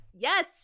Yes